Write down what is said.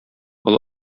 олы